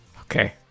Okay